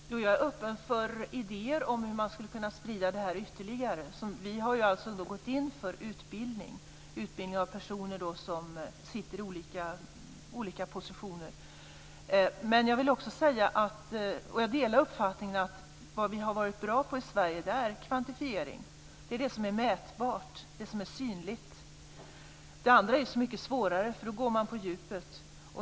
Herr talman! Jag är öppen för idéer om hur man skulle kunna sprida det här ytterligare. Vi har alltså gått in för utbildning av personer som befinner sig i olika positioner. Jag delar uppfattningen att vi i Sverige har varit bra på kvantifiering. Det är det som är mätbart, det som är synligt. Det andra är så mycket svårare för då går man på djupet.